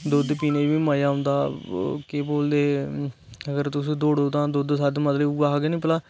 दुद्ध पीने गी बी मजा औंदा और केह् बोलदे अगर तुस दौड़ो तां दुद्ध सुध मतलब उऐ आक्खदे नी